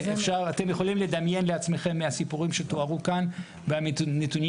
אתם יכולים לדמיין לעצמכם מהסיפורים שתוארו כאן והנתונים